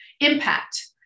impact